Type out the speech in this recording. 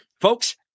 Folks